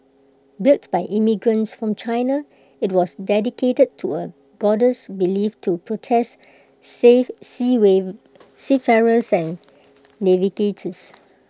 built by immigrants from China IT was dedicated to A goddess believed to protest seafarers and navigators